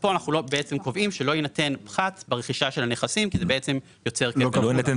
כאן אנחנו קובעים שלא יינתן פחת ברכישה של הנכסים כי זה בעצם יוצר כפל.